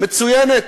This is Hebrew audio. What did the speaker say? מצוינת,